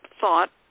thought